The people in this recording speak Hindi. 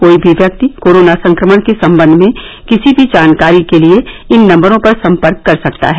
कोई भी व्यक्ति कोरोना संक्रमण के संबंध में किसी भी जानकारी के लिए इन नम्बरों पर सम्पर्क कर सकता है